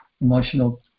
emotional